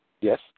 Yes